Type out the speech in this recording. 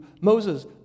Moses